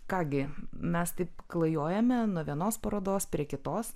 ką gi mes taip klajojame nuo vienos parodos prie kitos